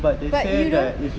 but you don't